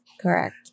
Correct